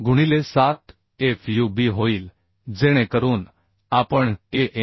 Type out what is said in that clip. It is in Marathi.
गुणिले 07 fub होईल जेणेकरून आपण Anb